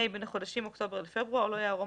(ה) בין החודשים אוקטובר לפברואר - לא יערום